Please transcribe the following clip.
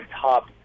top